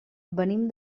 venim